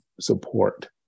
support